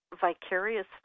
vicarious